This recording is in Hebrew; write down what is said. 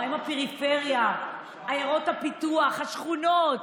מה עם הפריפריה, עיירות הפיתוח, השכונות?